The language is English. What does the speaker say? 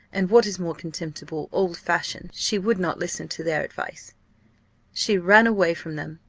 and, what is more contemptible, old-fashioned she would not listen to their advice she ran away from them.